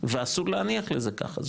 ואסור להניח לזה ככה,